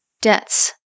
deaths